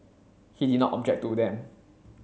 he did not object to them